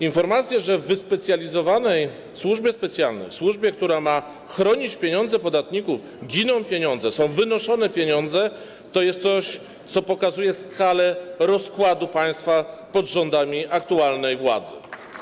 Informacje o tym, że w wyspecjalizowanej służbie specjalnej, która ma chronić pieniądze podatników, giną pieniądze, że są stamtąd wynoszone pieniądze, to coś, co pokazuje skalę rozkładu państwa pod rządami aktualnej władzy.